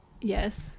yes